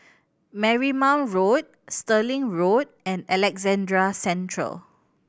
Marymount Road Stirling Road and Alexandra Central